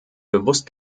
bewusst